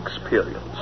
experience